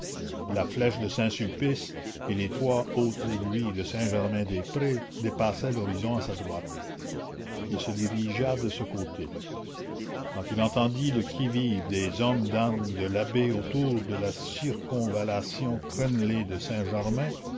la flèche de saint-sulpice et les trois hautes aiguilles de saint-germain-des-prés dépassaient l'horizon à sa droite il se dirigea de ce côté quand il entendit le qui-vive des hommes d'armes de l'abbé autour de la circonvallation crénelée de saint-germain